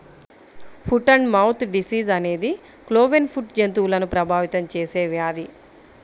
foot and mouth disease అనేది cloven foot జంతువులను ప్రభావితం చేసే వ్యాధి